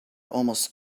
almost